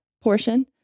portion